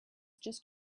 just